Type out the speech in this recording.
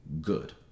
good